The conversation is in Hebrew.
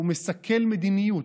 הוא מסכל מדיניות.